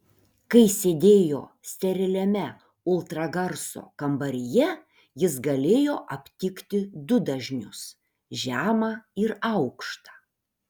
kai sėdėjo steriliame ultragarso kambaryje jis galėjo aptikti du dažnius žemą ir aukštą